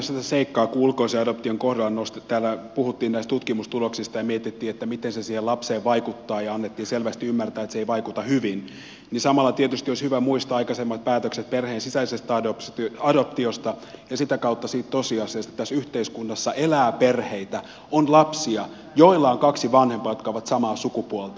kun ulkoisen adoption kohdalla täällä puhuttiin tutkimustuloksista ja mietittiin miten se siihen lapseen vaikuttaa ja annettiin selvästi ymmärtää että se ei vaikuta hyvin niin samalla tietysti olisi hyvä muistaa aikaisemmat päätökset perheen sisäisestä adoptiosta ja sitä kautta se tosiasia että tässä yhteiskunnassa on lapsia joilla on kaksi vanhempaa jotka ovat samaa sukupuolta